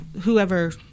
Whoever